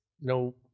No